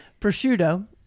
prosciutto